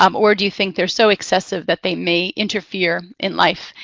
um or do you think they're so excessive that they may interfere in life?